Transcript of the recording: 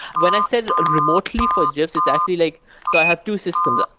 when i said remotely for gifs, it's actually like so i have two systems.